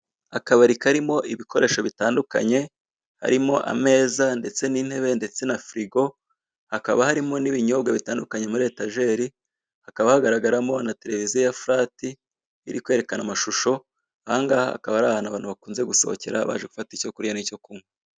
Akabari karimo ibikoresho bitandukanye, harimo ameza ndetse n'intebe ndetse na firigo, hakaba harimo n'ibinyobwa bitandukanye muri etejeri, hakaba hagaragaramo na tererviziyo ya furati, irikwerekana amashusho, ahangaha hakaba ari ahantu abantu bakunda gusokera baje gufata icyo kurya ndetse n'icyo kunywa.